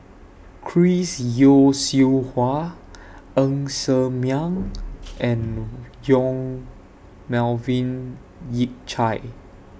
Chris Yeo Siew Hua Ng Ser Miang and Yong Melvin Yik Chye